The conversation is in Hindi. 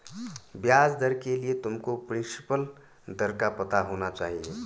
ब्याज दर के लिए तुमको प्रिंसिपल दर का पता होना चाहिए